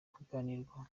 kuganirwaho